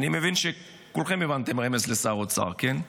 אני מבין שכולכם הבנתם את הרמז לשר אוצר, כן?